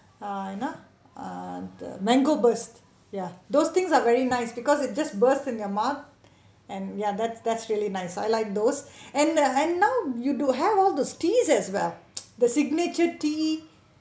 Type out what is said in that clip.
the uh you know uh the mango burst ya those things are very nice because it just burst in your mouth and ya that's that's really nice I like those and uh and now you do have all the teas as well the signature tea